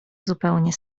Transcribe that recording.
zupełnie